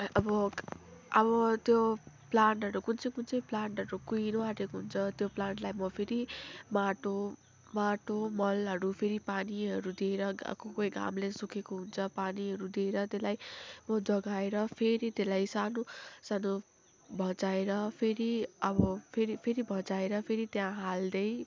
अब अब त्यो प्लान्टहरू कुन चाहिँ कुन चाहिँ प्लान्टहरू कुहिनु आँटेको हुन्छ त्यो प्लान्टलाई म फेरि माटो माटो मलहरू फेरि पानीहरू दिएर कोही घामले सुकेको हुन्छ पानीहरू दिएर त्यसलाई म जगाएर फेरी त्यसलाई सानो सानो भँचाएर फेरि अब फेरि फेरि भँचाएर फेरि त्यहाँ हाल्दै